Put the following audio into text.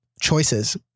choices